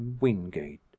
Wingate